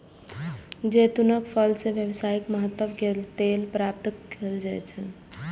जैतूनक फल सं व्यावसायिक महत्व के तेल प्राप्त कैल जाइ छै